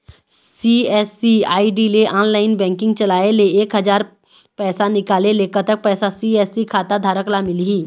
CSC ID ले online banking चलाए ले एक हजार पैसा निकाले ले कतक पैसा सी.एस.सी खाता धारक ला मिलही?